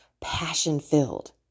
passion-filled